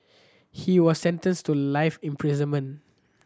he was sentenced to life imprisonment